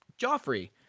Joffrey